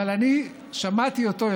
אבל אני שמעתי אותו.